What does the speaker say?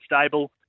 stable